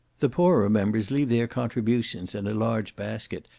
the poorer members leave their contributions in a large basket,